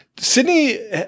Sydney